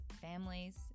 families